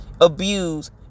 abuse